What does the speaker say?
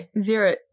Zero